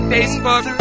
Facebook